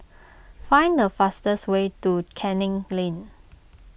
find the fastest way to Canning Lane